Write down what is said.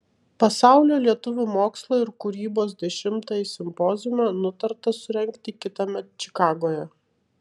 pasaulio lietuvių mokslo ir kūrybos dešimtąjį simpoziumą nutarta surengti kitąmet čikagoje